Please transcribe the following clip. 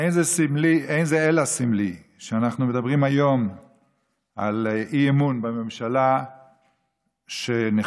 אין זה אלא סמלי שאנחנו מדברים היום על אי-אמון בממשלה שנכנעת